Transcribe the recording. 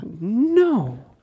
no